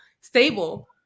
stable